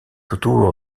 autour